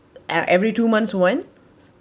at every two months once